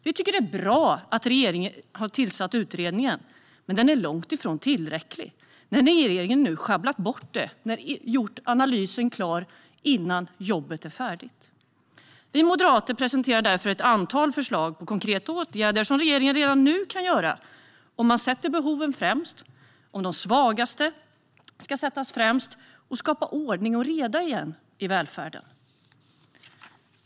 Vi tycker att det är bra att regeringen har tillsatt denna utredning, men den är långt ifrån tillräcklig när regeringen nu har sjabblat bort det hela och haft analysen klar innan jobbet är färdigt. Vi moderater presenterar därför ett antal förslag på konkreta åtgärder som regeringen redan nu kan vidta om man sätter behoven främst och om de svagaste prioriteras. Det gäller att återskapa ordning och reda i välfärden. Herr talman!